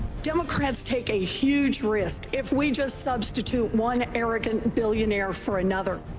democrats take a huge risk if we just substitute one arrogant billionaire for another.